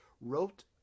wrote